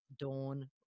Dawn